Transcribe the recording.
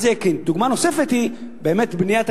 דוגמה נוספת היא באמת בנייה תקציבית.